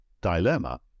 dilemma